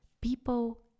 people